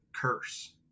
curse